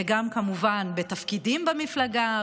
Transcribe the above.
וגם כמובן בתפקידים במפלגה,